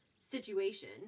Situation